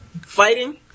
fighting